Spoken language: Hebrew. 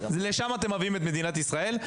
לשם אתם מביאים את מדינת ישראל.